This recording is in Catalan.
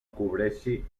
cobreixi